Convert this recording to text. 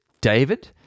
David